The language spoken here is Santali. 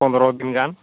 ᱯᱚᱫᱨᱚ ᱫᱤᱱ ᱜᱟᱱ